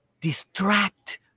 distract